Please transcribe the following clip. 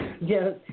Yes